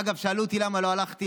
אגב, שאלו אותי למה לא הלכתי